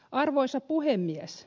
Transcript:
arvoisa puhemies